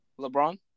LeBron